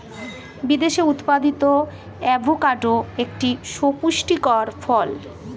বিদেশে উৎপাদিত অ্যাভোকাডো একটি সুপুষ্টিকর ফল